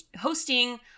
hosting